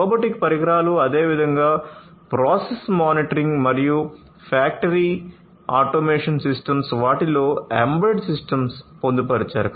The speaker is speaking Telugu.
రోబోటిక్ పరికరాలు అదేవిధంగా ప్రాసెస్ మానిటరింగ్ మరియు ఫ్యాక్టరీ ఆటోమేషన్ సిస్టమ్స్ వాటిలో embedded systems పొందుపరిచారు